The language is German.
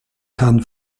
kann